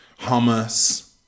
hummus